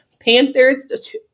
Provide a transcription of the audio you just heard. Panthers